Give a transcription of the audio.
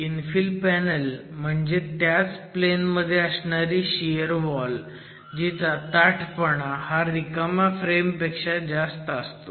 infill panel म्हणजे त्याच plane मध्ये असणारी शियर वॉल जीचा ताठपणा हा रिकाम्या फ्रेम पेक्षा जास्त असतो